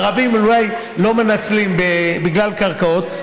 ערבים אולי לא מנצלים בגלל קרקעות.